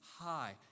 high